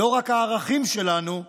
לא רק הערכים שלנו החשובים,